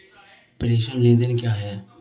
प्रेषण लेनदेन क्या है?